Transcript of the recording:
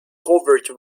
covered